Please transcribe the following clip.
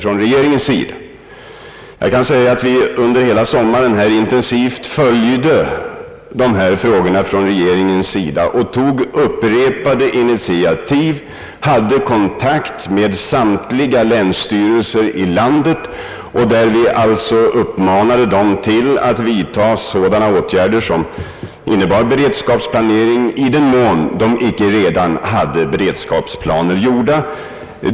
På det kan jag svara att regeringen hela sommaren intensivt har följt dessa frågor och tagit upprepade initiativ, haft kontakt med samtliga länsstyrelser i landet och uppmanat dem att vidta åtgärder som innebär beredskapsplanering, i den mån de icke redan haft beredskapsplaner uppgjorda.